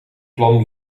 plan